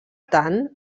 tant